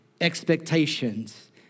expectations